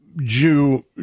jew